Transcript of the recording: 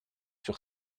sur